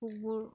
পোকবোৰ